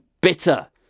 bitter